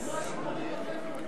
בלי עזרה של מורים בחדר או עם?